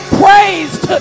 praised